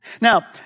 Now